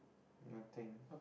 nothing